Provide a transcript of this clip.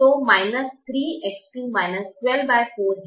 तो minus 3X2 124 है